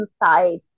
inside